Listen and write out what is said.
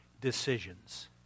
decisions